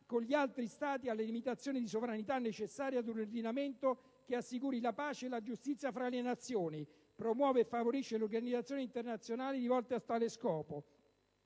con gli altri Stati, alle limitazioni di sovranità necessarie ad un ordinamento che assicuri la pace e la giustizia tra le Nazioni; promuove e favorisce le organizzazioni internazionali rivolte a tale scopo».